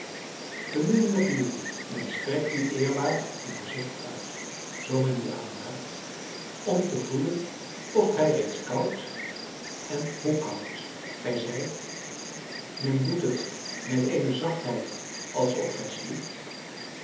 beminnelijke liefde men strekt u eerbaar en voorzichtig uit zoo men u aanraakt om te voelen of gij reeds koud en hoe koud gij zijt men doet het met eene zachtheid alsof gij sliept